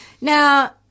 Now